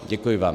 Děkuji vám.